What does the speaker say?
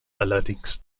allerdings